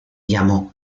llamó